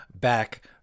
back